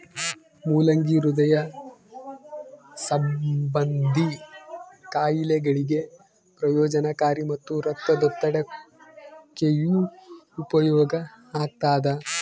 ಮುಲ್ಲಂಗಿ ಹೃದಯ ಸಂಭಂದಿ ಖಾಯಿಲೆಗಳಿಗೆ ಪ್ರಯೋಜನಕಾರಿ ಮತ್ತು ರಕ್ತದೊತ್ತಡಕ್ಕೆಯೂ ಉಪಯೋಗ ಆಗ್ತಾದ